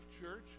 Church